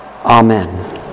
Amen